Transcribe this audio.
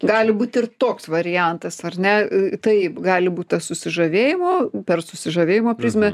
gali būti ir toks variantas ar ne taip gali būt tas susižavėjimo per susižavėjimo prizmę